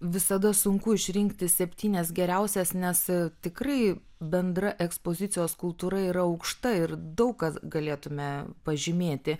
visada sunku išrinkti septynias geriausias nes tikrai bendra ekspozicijos kultūra yra aukšta ir daug ką galėtume pažymėti